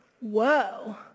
Whoa